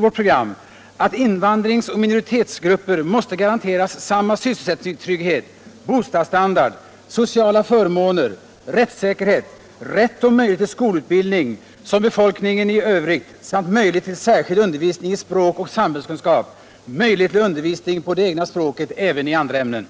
vårt program, att invandraroch minoritetsgrupper måste garanteras samma sysselsättningstrygghet, bostadsstandard, sociala förmåner, rättssäkerhet, rätt och möjligheter till skolutbildning som befolkningen i övrigt samt möjligheter till särskild undervisning i språk och samhällskunskap och möjligheter till undervisning på det egna språket även i andra ämnen.